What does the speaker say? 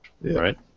right